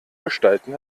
gestalten